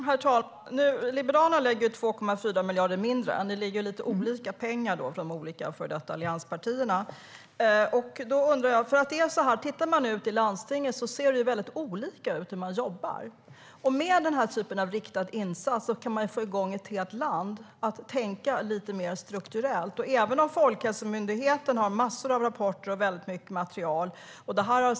Herr talman! Liberalerna lägger 2,4 miljarder mindre. De olika före detta allianspartierna lägger lite olika pengar. Om man tittar ute i landstingen ser man att det ser väldigt olika ut hur man jobbar. Med riktade insatser kan man få igång ett helt land så att det tänker lite mer strukturellt. Folkhälsomyndigheten har massor av rapporter och mycket material.